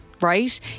Right